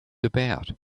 about